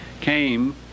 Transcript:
came